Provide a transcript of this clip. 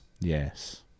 Yes